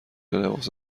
لباس